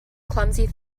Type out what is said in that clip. clumsy